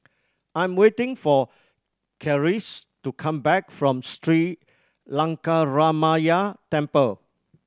I'm waiting for Charisse to come back from Lankaramaya Temple